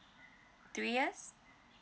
three years